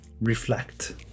reflect